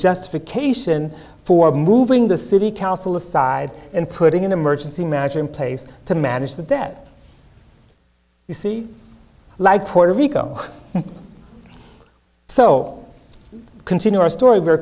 justification for moving the city council aside and putting in emergency manager in place to manage the debt you see like puerto rico so continue our story very